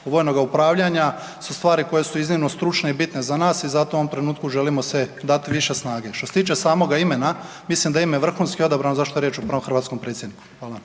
vojnog upravljanja su stvari koje su iznimno stručne i bitne za nas i zato u ovom trenutku želimo se dati više snage. Što se tiče samoga imena, mislim da je ime vrhunski odabrano zašto je riječ o prvom hrvatskom predsjedniku.